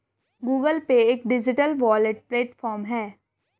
Google Pay एक digital wallet platform है